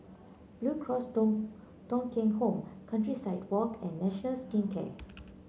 Blue Cross Thong Thong Kheng Home Countryside Walk and National Skin Care